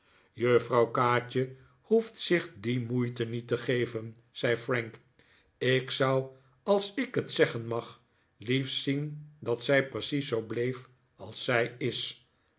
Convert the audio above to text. juffrouw kaatje hoeft zich die moeite niet te geven zei frank ik zou als ik het zeggen mag liefst zien dat zij precies zoo bleef als zij is